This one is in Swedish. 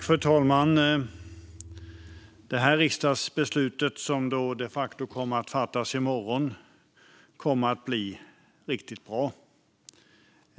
Fru talman! Detta riksdagsbeslut, som de facto kommer att fattas i morgon, kommer att innebära något riktigt bra.